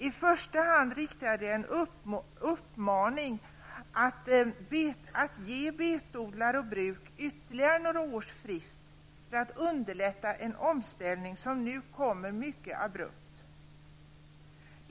I första hand riktade jag en uppmaning till dem att ge betodlare och bruk ytterligare några års frist, för att underlätta en omställning som nu kommer mycket abrupt.